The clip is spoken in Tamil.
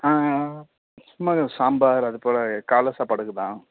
ஆ சும்மாதான் சாம்பார் அதுப்போல் காலை சாப்பாடுக்கு தான்